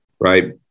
right